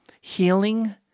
healing